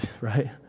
right